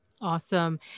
Awesome